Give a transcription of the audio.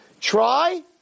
try